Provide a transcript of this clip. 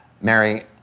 Mary